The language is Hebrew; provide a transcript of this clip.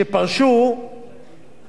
אי-שם בשנת 1985